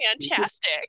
Fantastic